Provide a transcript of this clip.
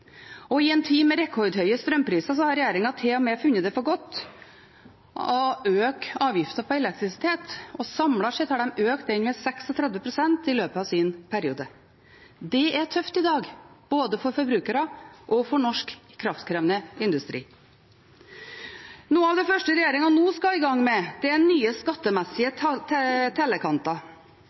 klimagasser. I en tid med rekordhøye strømpriser har regjeringen til og med funnet det for godt å øke avgiften på elektrisitet. Samlet sett har de økt den med 36 pst. i løpet av sin periode. Det er tøft i dag, for både forbrukere og norsk kraftkrevende industri. Noe av det første regjeringen nå skal i gang med, er nye skattemessige tellekanter